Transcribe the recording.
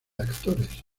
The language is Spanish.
actores